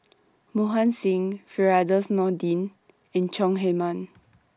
Mohan Singh Firdaus Nordin and Chong Heman